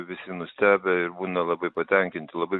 visi nustebę ir būna labai patenkinti labai